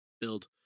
build